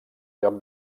lloc